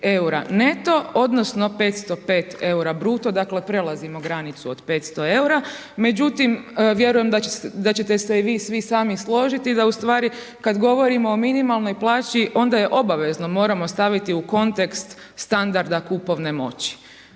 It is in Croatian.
EUR-a neto odnosno 505 EUR-a bruto, dakle prelazimo granicu od 500 EUR-a, međutim vjerujem da će te se i vi svi sami složiti da u stvari kad govorimo o minimalnoj plaći onda je obavezno moramo staviti u kontekst standarda kupovne moći.